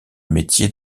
métier